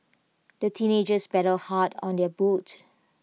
the teenagers paddled hard on their boat